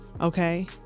Okay